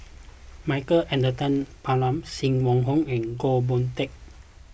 Michael Anthony Palmer Sim Wong Hoo and Goh Boon Teck